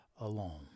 alone